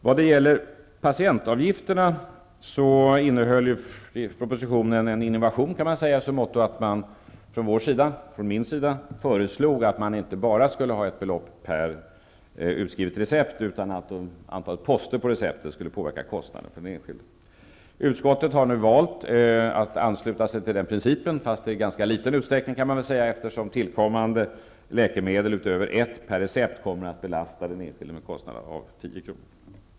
När det gäller patientavgifterna innehöll propositionen en innovation i så måtto att man från regeringens sida föreslog att man inte bara skulle ha ett belopp per utskrivet recept utan att antalet poster på receptet skulle påverka kostnaden för den enskilde. Utskottet har nu valt att ansluta sig till denna princip, men i ganska liten utsträckning, eftersom tillkommande läkemedel utöver ett per recept kommer att belasta den enskilde med en kostnad av 10 kr.